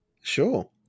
Sure